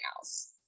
else